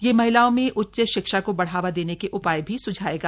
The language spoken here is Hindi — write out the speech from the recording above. यह महिलाओं में उच्च शिक्षा को बढ़ावा देने के उपाय भी सुझाएगा